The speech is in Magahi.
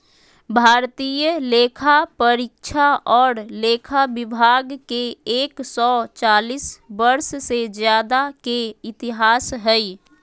भारतीय लेखापरीक्षा और लेखा विभाग के एक सौ चालीस वर्ष से ज्यादा के इतिहास हइ